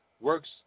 works